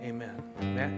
Amen